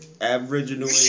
Aboriginal